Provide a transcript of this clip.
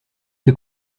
que